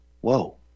Whoa